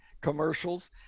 commercials